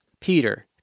Peter